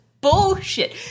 bullshit